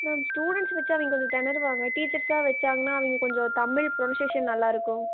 ma'am students வைச்சா அவங்க கொஞ்சம் திணருவாங்க டீச்சர்ஸ்ஸாக வைச்சாங்கன்னா அவங்க கொஞ்சம் தமிழ் ப்ரொனவுன்சேஷன் நல்லாயிருக்கும்